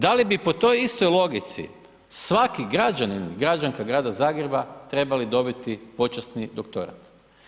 Da li bi po toj istoj logici svaki građanin i građanka Grada Zagreba trebali dobiti počasni doktorat?